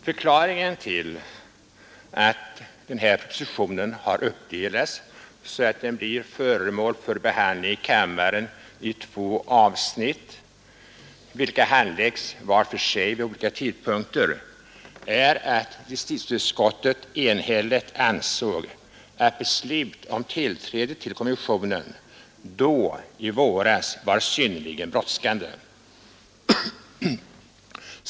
Förklaringen till att propositionen har uppdelats så att den blev föremål för behandling i kammaren i två avsnitt, vilka handläggs var för sig vid olika tidpunkter, är att justitieutskottet enhälligt ansåg att beslut om tillträde till konventionen i våras var synnerligen brådskande.